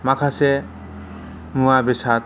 माखासे मुवा बेसाद